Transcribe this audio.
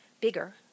bigger